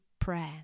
prayer